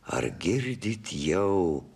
ar girdit jau